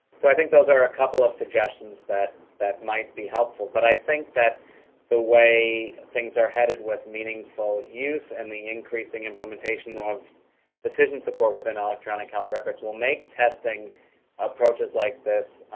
so i think those are a couple of suggestions that that might be helpful, but i think that the way things are headed with meaningful use, and the increasing implementation of decision support within an electronic health record, will make testing approaches like this,